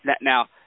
Now